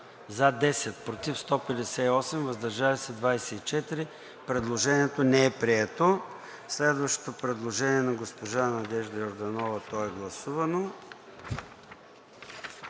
за 10, против 158, въздържали се 24. Предложението не е прието. Следващото предложение на госпожа Надежда Йорданова е гласувано.